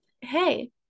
hey